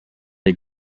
les